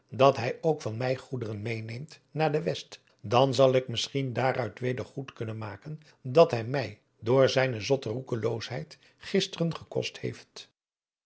dat hij ook van mij goederen meêneemt naar de west dan zal ik misschien daaruit weder goed kunnen maken dat hij mij door zijne zotte roekeloosheid gisteren gekost heeft